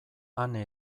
ane